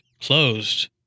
closed